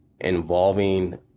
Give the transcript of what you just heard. involving